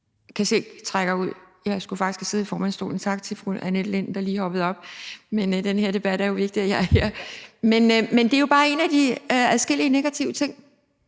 ligesom sidste år – jeg skulle faktisk have siddet i formandsstolen. Tak til fru Annette Lind, der lige hoppede op. Men den her debat er jo vigtig. Det er jo bare en af de adskillige negative ting.